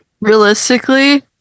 Realistically